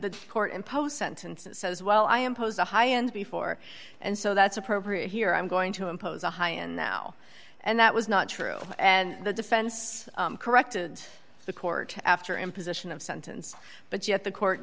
the court imposed sentence and says well i imposed a high end before and so that's appropriate here i'm going to impose a high and now and that was not true and the defense corrected the court after imposition of sentence but yet the court